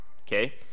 okay